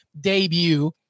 debut